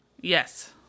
Yes